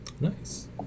Nice